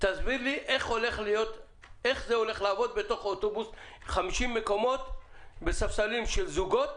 תסביר לי איך זה הולך לעבוד בתוך אוטובוס 50 מקומות בספסלים של זוגות,